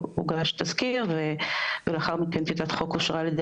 הוגש תזכיר ולאחר מכן טיוטת חוק אושרה על ידי